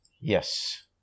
Yes